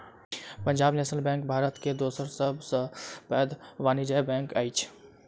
Punjab national bank Bharat के दोसर सब सॅ पैघ वाणिज्य बैंक अछि